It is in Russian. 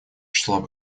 число